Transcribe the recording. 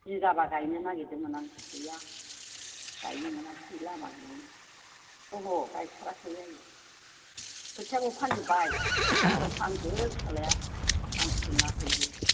बिगाबा गायनो नागिरदोंमोन आं गैया गायनो मोनासै लामा गैयिनि अह' गायथाराखै आयै खोथियाखौ फानजोब्बाय बेसेबां बेसेबां फानखो फिसाज्लाया आं सोङाखैबो